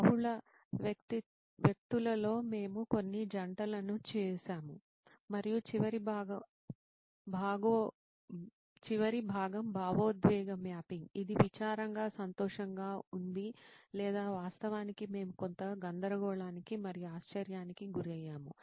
బహుళ వ్యక్తులలో మేము కొన్ని జంటలు చేశాము మరియు చివరి భాగం భావోద్వేగ మ్యాపింగ్ ఇది విచారంగా సంతోషంగా ఉంది లేదా వాస్తవానికి మేము కొంత గందరగోళానికి మరియు ఆశ్చర్యానికి గురయ్యాము